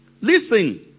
Listen